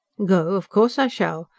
go? of course i shall!